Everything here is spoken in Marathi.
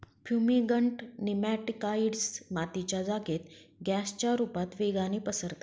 फ्युमिगंट नेमॅटिकाइड्स मातीच्या जागेत गॅसच्या रुपता वेगाने पसरतात